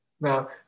Now